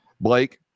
Blake